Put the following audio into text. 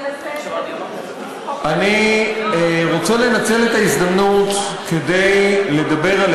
אני רוצה לנצל את ההזדמנות כדי לדבר על